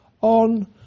on